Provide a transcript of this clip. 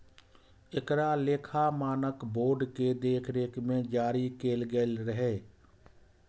एकरा लेखा मानक बोर्ड के देखरेख मे जारी कैल गेल रहै